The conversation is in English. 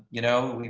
you know,